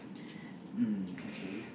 mm okay